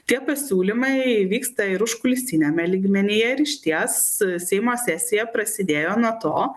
tie pasiūlymai vyksta ir užkulisiniame lygmenyje ir išties seimo sesija prasidėjo nuo to